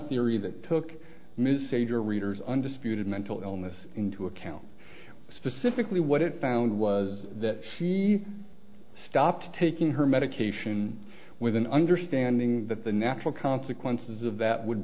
theory that took ms sage or reader's undisputed mental illness into account specifically what it found was that she stopped taking her medication with an understanding that the natural consequences of that would